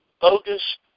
bogus